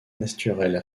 naturel